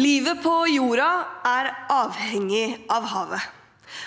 Livet på jorden er avhengig av havet,